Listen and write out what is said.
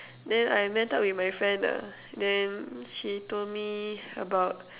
then I met up with my friend lah then she told me about